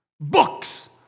Books